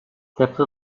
طبق